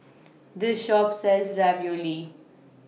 This Shop sells Ravioli